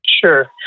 Sure